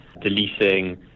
deleting